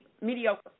mediocre